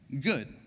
good